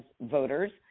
voters